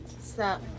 stop